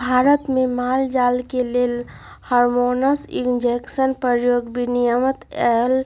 भारत में माल जाल के लेल हार्मोन इंजेक्शन के प्रयोग विनियमित कएल